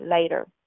later